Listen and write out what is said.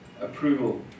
approval